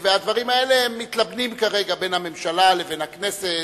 והדברים האלה מתלבנים כרגע בין הממשלה לבין הכנסת,